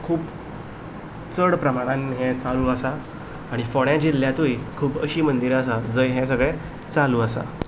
खूब चड प्रमाणान हें चालू आसा आनी फोंण्या जिल्ल्यातूय खूब अशीं मंदिरां आसा जंय हें सगळें चालू आसा